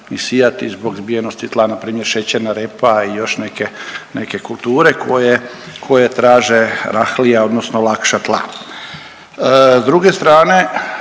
ni sijati zbog zbijenosti tla, npr. šećerna repa i još neke, neke kulture koje, koje traže rahlija odnosno lakša tla. S druge strane